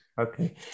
okay